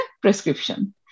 prescription